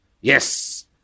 Yes